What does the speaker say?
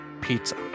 pizza